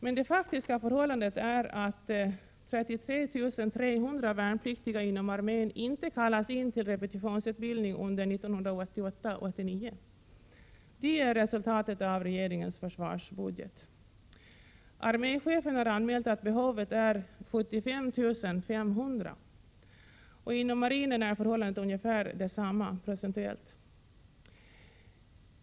Men det faktiska förhållandet är att 33 300 värnpliktiga inom armén inte kallas in till repetitionsutbildning under 1988/89. Det är resultatet av regeringens försvarsbudget. Arméchefen har anmält att behovet är 75 500 man. Inom marinen är förhållandet ungefär detsamma, procentuellt.